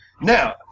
now